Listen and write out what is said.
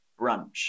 Brunch